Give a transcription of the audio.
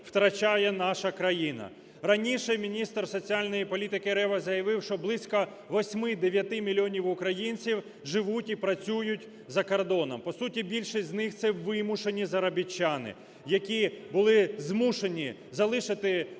втрачає наша країна! Раніше міністр соціальної політики Рева заявив, що близько 8-9 мільйонів українців живуть і працюють за кордоном. По суті, більшість з них – це вимушені заробітчани, які були змушені залишити свої